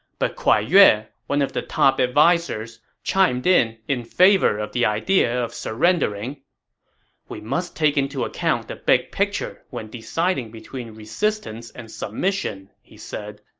but kuai yue, yeah one of the top advisers, chimed in in favor of the idea of surrendering we must take into account the big picture when deciding between resistance and submission, he said.